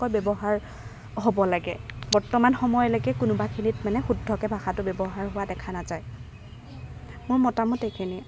ব্যৱহাৰ হ'ব লাগে বৰ্তমান সময়লৈকে কোনোবা খিনিত মানে শুদ্ধকৈ ভাষাটো ব্যৱহাৰ হোৱা দেখা নাযায় মোৰ মতামত এইখিনিয়েই